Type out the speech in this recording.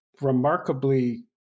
remarkably